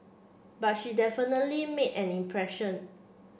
but she definitely made an impression